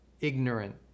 ignorant